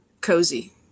cozy